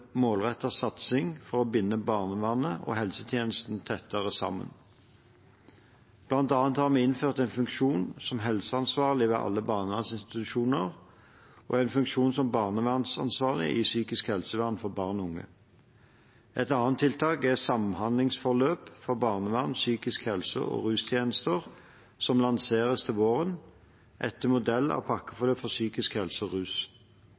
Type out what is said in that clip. satsing for å binde barnevernet og helsetjenesten tettere sammen. Blant annet har vi innført en funksjon som helseansvarlig ved alle barnevernsinstitusjoner og en funksjon som barnevernsansvarlig i psykisk helsevern for barn og unge. Et annet tiltak er samhandlingsforløpet for barnevern, psykisk helse- og rustjenester som lanseres til våren, etter modell av pakkeforløp for psykisk helse og rus.